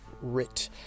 writ